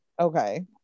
okay